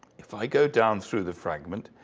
if i go down through the fragment,